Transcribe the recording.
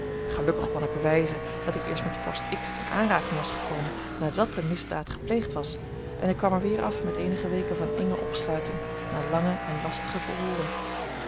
gelukkig kon ik bewijzen dat ik eerst met vorst x in aanraking was gekomen nadat de misdaad gepleegd was en ik kwam er weer af met eenige weken van enge opsluiting na lange en lastige verhooren